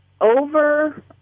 over